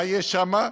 מה יש שם?